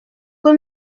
que